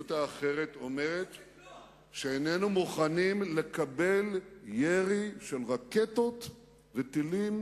המדיניות האחרת היא שאיננו מוכנים לקבל ירי של רקטות וטילים